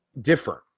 different